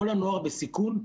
כל הנוער בסיכון,